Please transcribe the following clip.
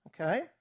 Okay